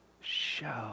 show